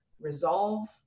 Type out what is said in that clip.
resolve